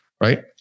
right